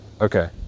okay